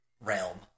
realm